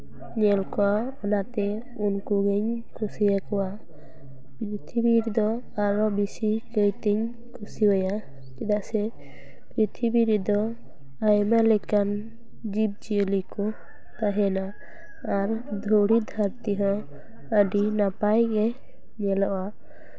ᱧᱮᱞ ᱠᱚᱣᱟ ᱚᱱᱟ ᱛᱮ ᱩᱱᱠᱩ ᱜᱤᱧ ᱠᱩᱥᱤ ᱟᱠᱚᱣᱟ ᱯᱨᱤᱛᱷᱤᱵᱤ ᱫᱚ ᱟᱨ ᱵᱮᱥᱤ ᱠᱟᱭᱛᱤᱧ ᱠᱩᱥᱤᱭᱟᱭᱟ ᱪᱮᱫᱟᱜ ᱥᱮ ᱯᱨᱤᱛᱷᱤᱵᱤᱨ ᱨᱮᱫᱚ ᱟᱭᱢᱟ ᱞᱮᱠᱟᱱ ᱡᱤᱵᱽᱼᱡᱤᱭᱟᱹᱞᱤ ᱠᱚ ᱛᱟᱦᱮᱸᱱᱟ ᱟᱨ ᱫᱷᱩᱲᱤ ᱫᱷᱟᱨᱛᱤ ᱦᱚᱸ ᱟᱹᱰᱤ ᱱᱟᱯᱟᱭ ᱜᱮ ᱧᱮᱞᱚᱜᱼᱟ